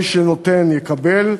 מי שנותן יקבל.